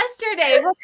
yesterday